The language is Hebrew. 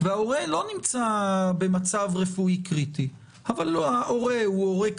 וההורה לא נמצא במצב רפואי קריטי אבל הוא קשיש,